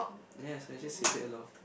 yes I just said that alot of